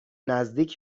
نزدیک